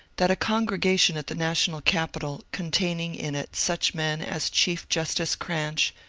that a congregation at the national capital, containing in it such men as chief justice cranch,